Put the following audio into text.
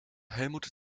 helmut